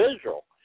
Israel